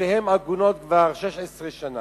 נשותיהם עגונות כבר 16 שנה.